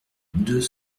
deux